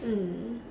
mm